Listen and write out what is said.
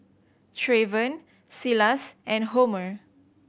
Treyvon Silas and Homer